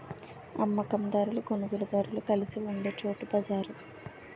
అమ్మ కందారులు కొనుగోలుదారులు కలిసి ఉండే చోటు బజారు